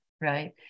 right